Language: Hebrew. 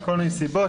מכל מיני סיבות,